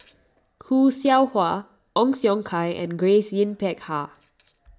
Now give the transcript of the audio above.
Khoo Seow Hwa Ong Siong Kai and Grace Yin Peck Ha